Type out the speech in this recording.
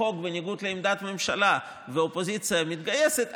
חוק בניגוד לעמדת הממשלה והאופוזיציה מתגייסת,